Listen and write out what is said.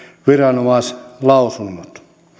viranomaislausunnot